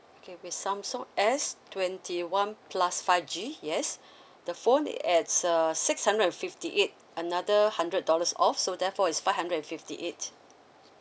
K with samsung S twenty one plus five G yes the phone uh six hundred and fifty eight another hundred dollars off so therefore is five hundred and fifty eight